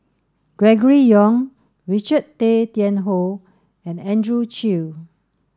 Gregory Yong Richard Tay Tian Hoe and Andrew Chew